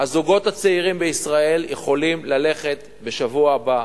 הזוגות הצעירים בישראל יכולים ללכת בשבוע הבא,